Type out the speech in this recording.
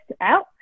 out